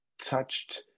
touched